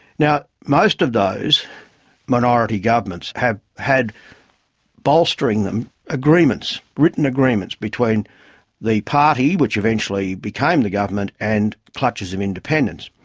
now most of those minority governments have had bolstering them agreements, written agreements between the party, which eventually became the government, and clutches of independents.